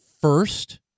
first